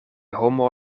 homo